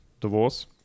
divorce